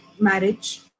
marriage